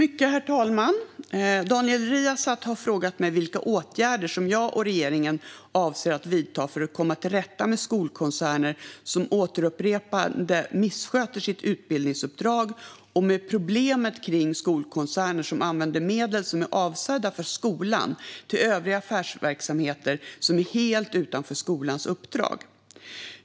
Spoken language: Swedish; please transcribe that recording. Herr talman! Daniel Riazat har frågat mig vilka åtgärder jag och regeringen avser att vidta för att komma till rätta med skolkoncerner som återupprepat missköter sitt utbildningsuppdrag och med problemet kring skolkoncerner som använder medel som är avsedda för skolan till övriga affärsverksamheter som är helt utanför skolans uppdrag.